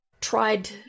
tried